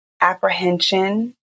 apprehension